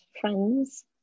friends